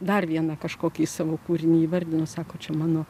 dar vieną kažkokį savo kūrinį įvardino sako čia mano